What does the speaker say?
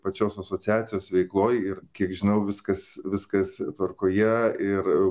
pačios asociacijos veikloj ir kiek žinau viskas viskas tvarkoje ir